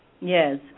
Yes